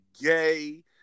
gay